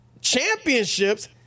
championships